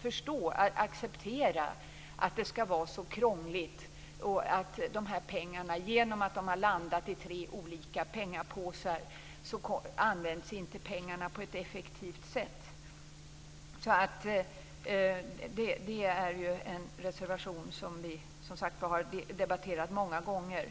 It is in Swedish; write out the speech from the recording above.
förstå eller acceptera att det skall vara så krångligt och att pengarna inte används på ett effektivt sätt genom att de har landat i tre olika pengapåsar. Det som tas upp i reservationen har vi som sagt var debatterat många gånger.